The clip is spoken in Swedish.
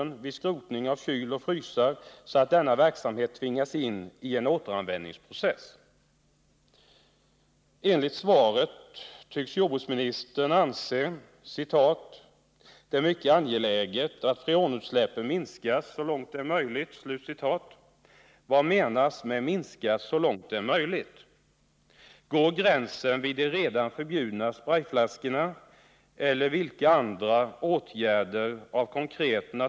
Slutligen, herr talman, vill jag sammanfatta de sex frågor av kompletterande natur som jag här har framställt till jordbruksministern: 1. Finns det fler industrier som bl.a. i syfte att testa produkter använder freon, som sedan släpps ut i naturen? 2. Om så skulle vara fallet, i hur stor omfattning sker då dessa freonutsläpp?